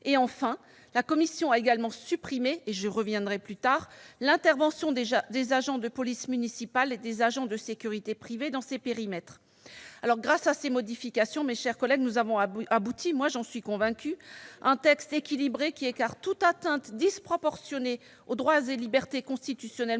Enfin, la commission a supprimé- j'y reviendrai plus tard -l'intervention des agents de police municipale et des agents de sécurité privée dans ces périmètres. Grâce à ces modifications, mes chers collègues, nous avons abouti- j'en suis personnellement convaincue -à un texte équilibré, qui écarte toute atteinte disproportionnée aux droits et libertés constitutionnellement